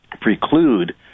preclude